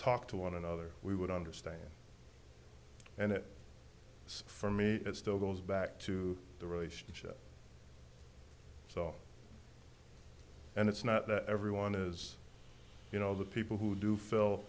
talk to one another we would understand and it was for me it still goes back to the relationship so and it's not everyone is you know the people who do